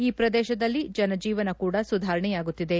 ಈ ಪ್ರದೇಶದಲ್ಲಿ ಜನಜೀವನ ಕೂಡ ಸುಧಾರಣೆಯಾಗುತ್ತಿದೆ